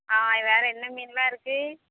ஆ வேறு என்ன மீன்லாம் இருக்குது